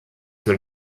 für